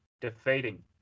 defeating